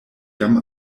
jam